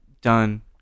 done